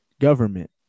government